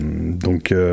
Donc